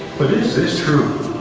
but is this true?